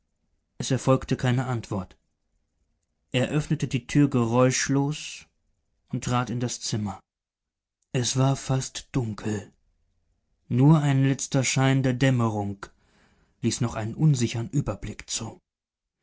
es erfolgte keine antwort er öffnete die tür geräuschlos und trat in das zimmer es war fast dunkel nur ein letzter schein der dämmerung ließ noch einen unsichern überblick zu